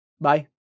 bye